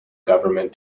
government